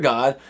God